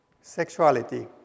Sexuality